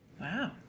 Wow